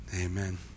Amen